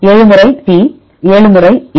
7 முறை T 7 முறை ஏ